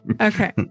Okay